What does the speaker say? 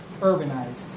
urbanized